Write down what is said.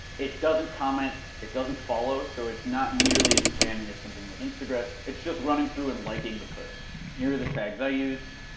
it doesn't comment, it doesn't follow so it's not nearly as spammy as something like instagress. it's just running through and liking the posts. here are the tags i use.